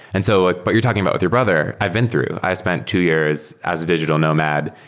and so ah but you're talking about with your brother, i've been through. i spent two years as a digital nomad.